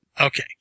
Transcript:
Okay